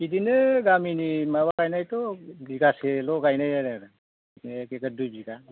बिदिनो गामिनि माबा गायनायथ' बिघासेल' गायनाय जादों आरो एक बिघा दुय बिघा